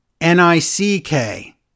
N-I-C-K